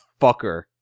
fucker